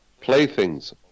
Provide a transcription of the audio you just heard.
playthings